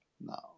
no